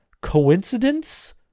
coincidence